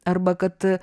arba kad